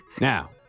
Now